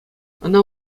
ӑна